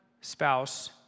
spouse